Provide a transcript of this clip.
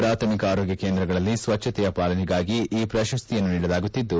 ಪಾಥಮಿಕ ಆರೋಗ್ಯ ಕೇಂದ್ರಗಳಲ್ಲಿ ಸ್ವಚ್ಛತೆಯ ಪಾಲನೆಗಾಗಿ ಈ ಪ್ರಶ್ತಿಯನ್ನು ನೀಡಲಾಗುತ್ತಿದ್ದು